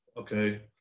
Okay